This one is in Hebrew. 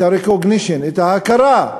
את ה-recognition, את ההכרה,